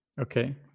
Okay